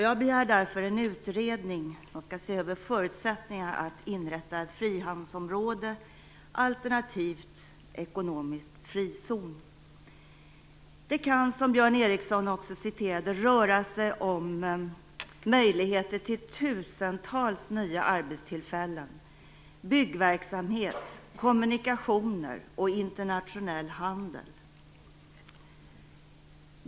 Jag begär därför en utredning som skall se över förutsättningarna att inrätta ett frihamnsområde alternativt en ekonomisk frizon. Det kan, som Björn Ericson också citerade, röra sig om möjligheter till tusentals nya arbetstillfällen, byggverksamhet, kommunikationer och internationell handel.